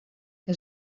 que